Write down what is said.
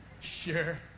Sure